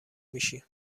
میشی